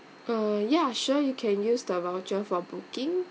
uh ya sure you can use the voucher for booking